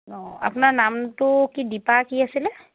অঁ আপোনাৰ নামটো কি দীপা কি আছিলে